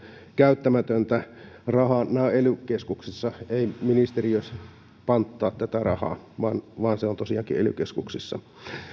käyttämätöntä rahaa ely keskuksissa että ei ministeriö panttaa tätä rahaa vaan vaan se on tosiaankin ely keskuksissa